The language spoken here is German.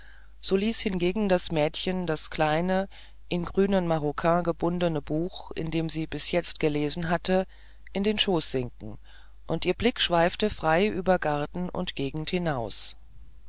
so ließ hingegen das mädchen das kleine in grünen maroquin gebundene buch in dem sie bis jetzt gelesen hatte in den schoß sinken und ihr blick schweifte frei über garten und gegend hinaus